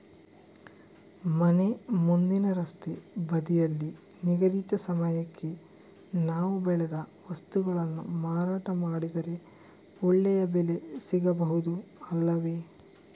ಮನೆ ಮುಂದಿನ ರಸ್ತೆ ಬದಿಯಲ್ಲಿ ನಿಗದಿತ ಸಮಯಕ್ಕೆ ನಾವು ಬೆಳೆದ ವಸ್ತುಗಳನ್ನು ಮಾರಾಟ ಮಾಡಿದರೆ ಒಳ್ಳೆಯ ಬೆಲೆ ಸಿಗಬಹುದು ಅಲ್ಲವೇ?